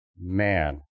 man